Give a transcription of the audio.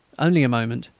only a moment,